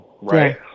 Right